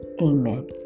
Amen